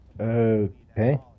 Okay